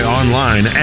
online